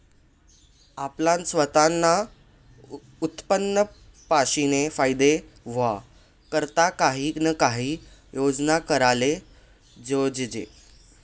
आपलं सवतानं उत्पन्न पाशीन फायदा व्हवा करता काही ना काही योजना कराले जोयजे